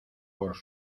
por